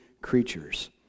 creatures